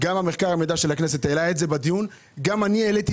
גם מרכז המחקר והמידע של הכנסת העלה את זה בדיון,